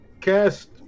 cast